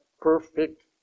perfect